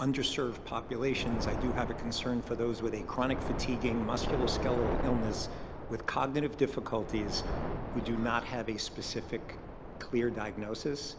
underserved populations, i do have a concern for those with a chronic fatiguing muscular skeletal illness with cognitive difficulties who do not have a specific clear diagnosis.